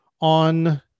on